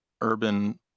urban